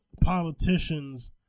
politicians